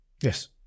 yes